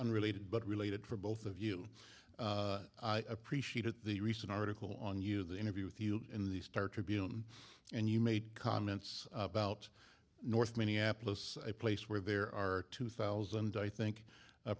unrelated but related for both of you appreciate at the recent article on you the interview with you in these terror tribune and you made comments about north minneapolis a place where there are two thousand i think